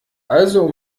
also